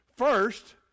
First